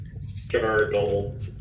startled